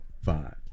five